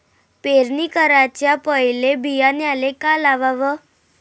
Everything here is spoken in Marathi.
पेरणी कराच्या पयले बियान्याले का लावाव?